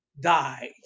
died